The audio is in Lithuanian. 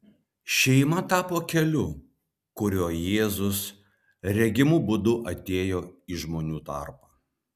šeima tapo keliu kuriuo jėzus regimu būdu atėjo į žmonių tarpą